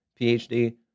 PhD